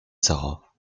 sara